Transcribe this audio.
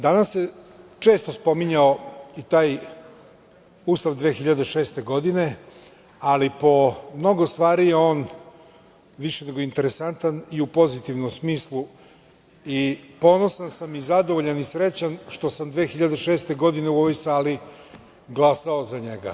Danas se često spominjao i taj Ustav iz 2006. godine, ali po mnogo stvari je on više nego interesantan i u pozitivnom smislu i ponosan sam i zadovoljan, i srećan što sam 2006. godine u ovoj sali glasao za njega.